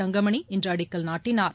தங்கமணி இன்று அடிக்கல் நாட்டினார்